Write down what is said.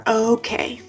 okay